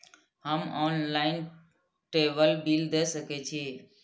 हम online table bill दे सके छी?